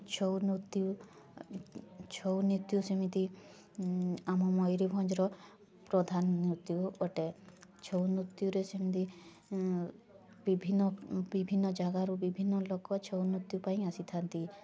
ଛଉ ନୃତ୍ୟ ଛଉ ନୃତ୍ୟ ସେମିତି ଆମ ମୟୁରଭଞ୍ଜର ପ୍ରଧାନ ନୃତ୍ୟ ଅଟେ ଛଉ ନୃତ୍ୟରେ ସେମିତି ବିଭିନ୍ନ ବିଭିନ୍ନ ଜାଗାରୁ ବିଭିନ୍ନ ଲୋକ ଛଉ ନୃତ୍ୟ ପାଇଁ ଆସିଥାନ୍ତି